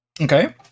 Okay